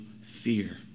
fear